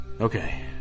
Okay